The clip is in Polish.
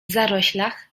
zaroślach